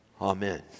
Amen